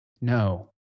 No